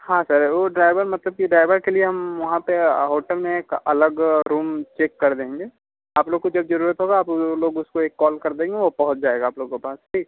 हाँ सर वो ड्रायवर मतलब कि ड्राइवर के लिए हम वहाँ पर होटल में एक अलग रूम चेक कर देंगे आप लोगों को जब ज़रुरत होगा आप लोग उसको एक कॉल कर देंगे वो पहुँच जाएगा आप लोगों पास ठीक